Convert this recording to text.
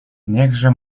niechże